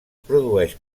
produeix